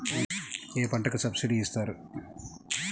ఏ పంటకు సబ్సిడీ ఇస్తారు?